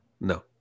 No